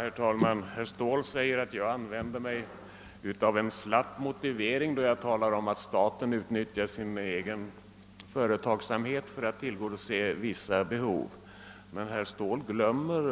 Herr talman! Herr Ståhl sade att min motivering var slapp när jag talade om att staten bör utnyttja sin egen företagsamhet för att tillgodose vissa behov. Men herr Ståhl glömmer